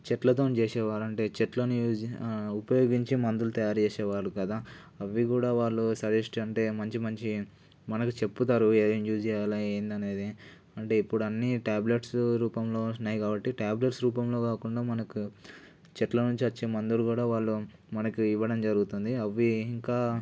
చెట్లతోని చేసేవారు అంటే చెట్లని యూజ్ ఉపయోగించి మందులు తయారు చేసేవారు కదా అది కూడా వాళ్ళు సజెస్ట్ అంటే మంచి మనకు చెప్తారు ఏమేం యూజ్ చేయాలి ఏంది అనేది అంటే ఇప్పుడన్నీ ట్యాబ్లేట్స్ రూపంలో ఉన్నాయి కాబట్టి ట్యాబ్లేట్స్ రూపంలో కాకుండా మనకు చెట్ల నుంచి వచ్చే మందులు కూడా వాళ్ళు మనకి ఇవ్వడం జరుగుతుంది అవి ఇంకా